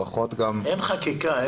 אין חקיקה.